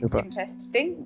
interesting